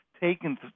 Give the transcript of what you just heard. taken